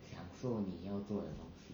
享受你要做的东西